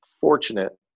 fortunate